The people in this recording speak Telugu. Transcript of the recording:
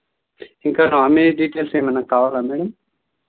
ఇంకా నామిని డీటెయిల్స్ ఏమన్నా కావాలా మ్యాడమ్